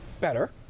better